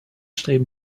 streben